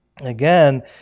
again